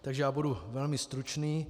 Takže budu velmi stručný.